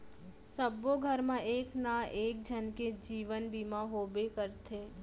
सबो घर मा एक ना एक झन के जीवन बीमा होबे करथे